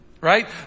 Right